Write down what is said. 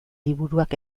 liburuak